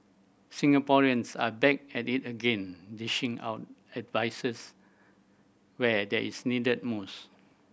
Singaporeans are back at it again dishing out advices where that is needed most